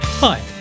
Hi